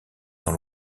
dans